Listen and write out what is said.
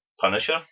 Punisher